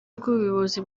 rw’ubuyobozi